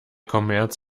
kommerz